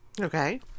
Okay